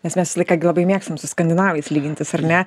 nes mes vis laiką gi labai mėgstam su skandinavais lygintis ar ne